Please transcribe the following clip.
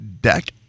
Deck